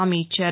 హామీ ఇచ్చారు